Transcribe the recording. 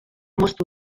moztu